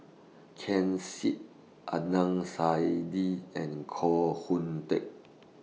Ken Seet Adnan Saidi and Koh Hoon Teck